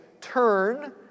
turn